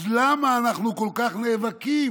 אז למה אנחנו כל כך נאבקים?